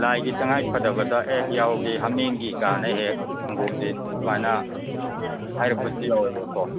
ꯂꯥꯏꯒꯤ ꯇꯉꯥꯏ ꯐꯗꯕꯗ ꯑꯦ ꯌꯥꯎꯒꯤ ꯍꯥꯃꯦꯡꯒꯤ ꯀꯥꯏꯅ ꯍꯦꯛ ꯍꯦꯛ ꯁꯪꯒꯣꯝꯁꯤ ꯑꯗꯨꯃꯥꯏꯅ ꯍꯥꯏꯔꯛꯄꯁꯤ ꯌꯥꯎꯋꯦꯕꯀꯣ